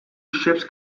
ships